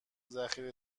ذخیره